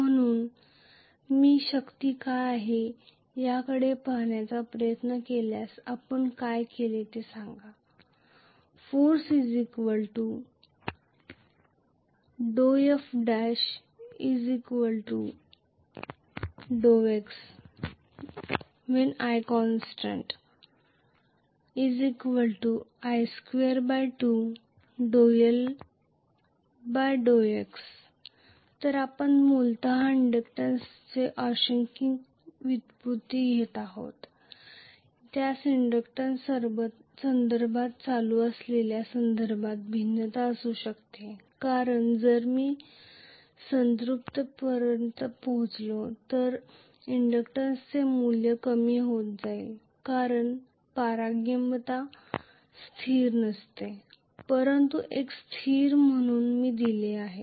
म्हणून मी शक्ती काय आहे याकडे पाहण्याचा प्रयत्न केल्यास आपण काय केले ते सांगा Force wf1∂x । i constant Li22∂x i22 L∂x तर आपण मूलत इंडक्टन्सचे आंशिक व्युत्पत्ती घेत आहोत त्या इंडक्टन्स संदर्भातही चालू असलेल्या संदर्भात भिन्नता असू शकते कारण जर मी संतृप्तिपर्यंत पोहोचलो तर इंडक्टन्सचे मूल्य कमी होत जाईल कारण पारगम्यता स्थिर नसते परंतु एक स्थिर म्हणून i दिली जाते